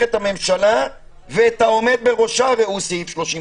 את הממשלה ואת העומד בראשה ראו סעיף 38